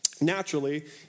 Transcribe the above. Naturally